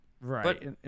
right